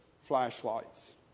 flashlights